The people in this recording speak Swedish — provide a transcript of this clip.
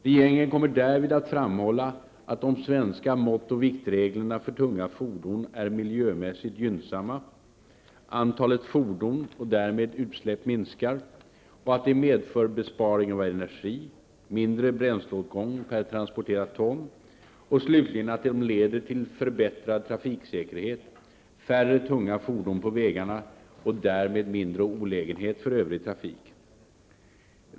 Regeringen kommer därvid att framhålla att de svenska mått och viktreglerna för tunga fordon är miljömässigt gynnsamma -- antalet fordon och därmed utsläpp minskar -- och att de medför besparing av energi -- mindre bränsleåtgång per transporterat ton -- och slutligen att de leder till förbättrad trafiksäkerhet -- färre tunga fordon på vägarna och därmed mindre olägenhet för övrig trafik.